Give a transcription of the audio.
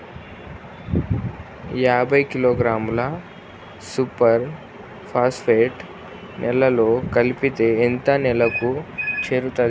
యాభై కిలోగ్రాముల super phosphate నేలలో కలిపితే ఎంత నేలకు చేరుతది?